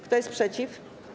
Kto jest przeciw?